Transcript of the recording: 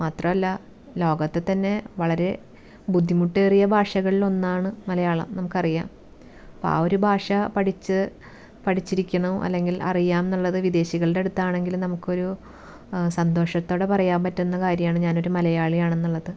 മാത്രമല്ല ലോകത്തിൽ തന്നെ വളരെ ബുദ്ധിമുട്ടേറിയ ഭാഷകളിൽ ഒന്നാണ് മലയാളം നമുക്കറിയാം ആ ഒരു ഭാഷ പഠിച്ച് പഠിച്ചിരിക്കുന്നു അല്ലെങ്കിൽ അറിയാമെന്നുള്ളത് വിദേശികളുടെ അടുത്താണെങ്കിലും നമുക്ക് ഒരു സന്തോഷത്തോടെ പറയാൻ പറ്റുന്ന കാര്യമാണ് ഞാൻ ഒരു മലയാളി ആണെന്നുള്ളത്